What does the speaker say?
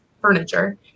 furniture